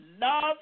love